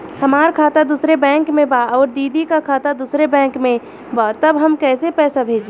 हमार खाता दूसरे बैंक में बा अउर दीदी का खाता दूसरे बैंक में बा तब हम कैसे पैसा भेजी?